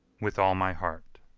with all my heart.